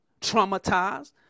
traumatized